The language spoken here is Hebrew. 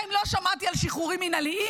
בינתיים לא שמעתי על שחרורים מינהליים,